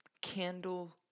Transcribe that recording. Candle